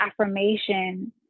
affirmation